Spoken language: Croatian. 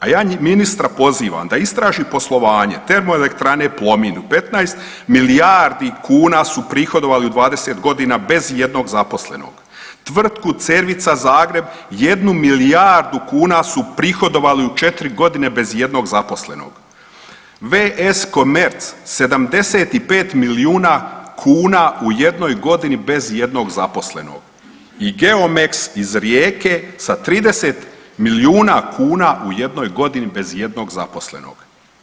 A ja ministra pozivam da istraži poslovanje Termoelektrane Plomin 15 milijardi kuna su prihodovali u 20 godina bez ijednog zaposlenog, tvrtku Cervica Zagreb 1 milijardu kuna su prihodovali u 4 godine bez ijednog zaposlenog, VS Commerce 75 milijuna kuna u jednoj godini bez ijednog zaposlenog i Geomax iz Rijeke sa 30 milijuna kuna u jednoj godini bez ijednog zaposlenog.